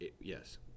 Yes